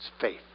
faith